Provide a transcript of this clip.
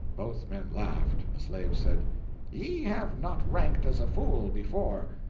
both men laughed, and the slave said ye have not ranked as a fool before.